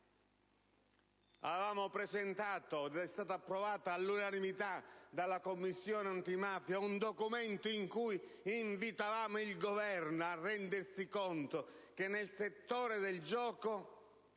Avevamo presentato, ed è stato approvato all'unanimità dalla Commissione antimafia, un documento in cui invitavamo il Governo a rendersi conto che al settore del gioco